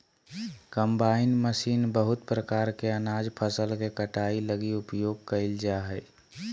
combine machine बहुत प्रकार के अनाज फसल के कटाई लगी उपयोग कयल जा हइ